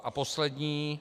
A poslední.